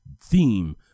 theme